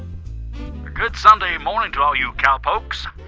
good sunday morning to all you cowpokes,